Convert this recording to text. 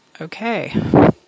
Okay